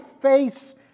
face